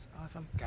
awesome